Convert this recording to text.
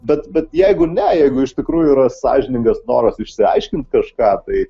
bet bet jeigu ne jeigu iš tikrųjų yra sąžiningas noras išsiaiškint kažką tai